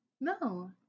No